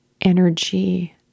energy